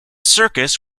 circus